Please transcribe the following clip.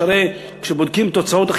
כשבודקים את התוצאות.